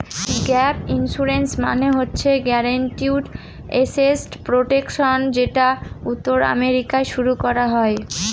gap insurance মানে হচ্ছে guaranteed asset protection যেটা উত্তর আমেরিকায় শুরু করা হয়